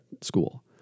school